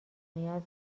نیاز